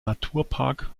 naturpark